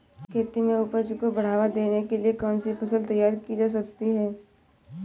खेती में उपज को बढ़ावा देने के लिए कौन सी फसल तैयार की जा सकती है?